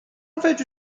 fedri